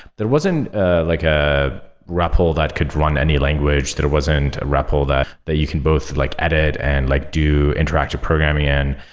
there wasn't a like a repl that could run any language. there wasn't a repl that that you can both like edit and like do interactive programming in.